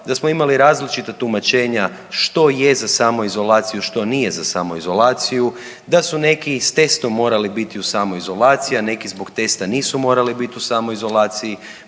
da smo imali različita tumačenja što je za samoizolaciju, što nije za samoizolaciju, da su neki i s testom morali biti u samoizolaciji, a neki zbog testa nisu morali biti u samoizolaciji,